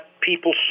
people